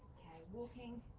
walking.